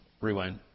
Rewind